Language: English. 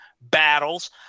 battles